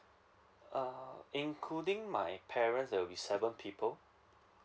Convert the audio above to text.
uh including my parents that will be seven people